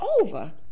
over